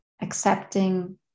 accepting